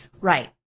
Right